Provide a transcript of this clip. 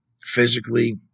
physically